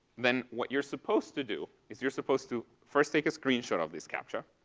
then what you're supposed to do is you're supposed to first take a screenshot of this captcha.